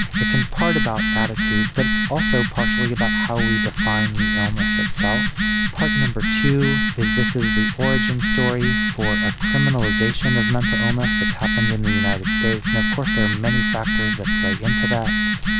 it's in part about attitudes but it's also partially about how we define the illness itself. part number two is this is the origin story for a criminalisation of mental illness that's happened in the united states, and of course there are many factors that play into that.